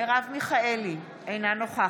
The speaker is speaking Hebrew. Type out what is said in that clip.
(קוראת בשמות חברי הכנסת) מרב מיכאלי, אינה נוכחת